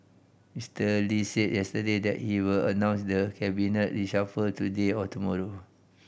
Mister Lee said yesterday that he will announce the cabinet reshuffle today or tomorrow